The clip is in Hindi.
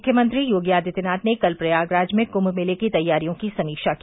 मुख्यमंत्री योगी आदित्यनाथ ने कल प्रयागराज में कुम्म मेले की तैयारियों की समीक्षा की